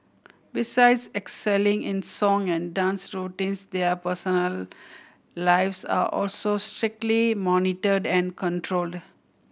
besides excelling in song and dance routines their personal lives are also strictly monitored and controlled